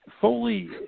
Foley